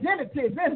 identity